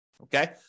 Okay